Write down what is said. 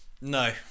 No